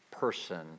person